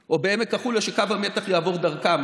בעמק החולה שלא רוצים שקו המתח יעבור דרכם,